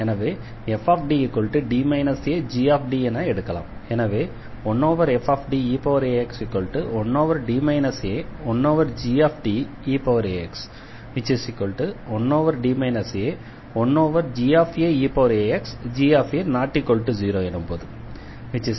எனவே fDD ag என எடுக்கலாம்